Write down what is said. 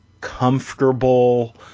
comfortable